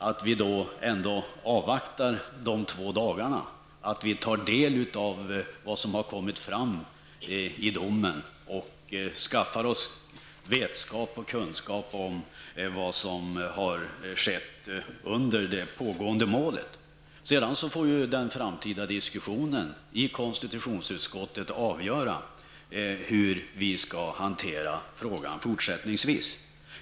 Det är också rimligt att vi tar del av vad som har kommit fram i domen och skaffar oss vetskap och kunskap om vad som har skett under det pågående målet. Sedan får den framtida diskussionen i konstitutionsutskottet avgöra hur vi skall hantera frågan fortsättningsvis.